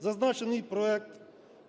Зазначений проект